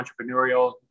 entrepreneurial